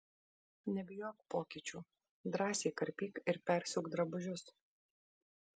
nebijok pokyčių drąsiai karpyk ir persiūk drabužius